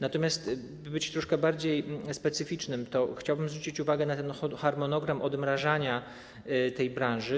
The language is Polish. Natomiast by być troszkę bardziej specyficznym, to chciałbym zwrócić uwagę na harmonogram odmrażania tej branży.